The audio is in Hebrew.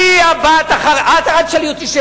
אני הבת, אז למה שלא, אל תשאלי אותי שאלות.